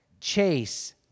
Chase